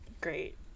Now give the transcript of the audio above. Great